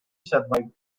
survived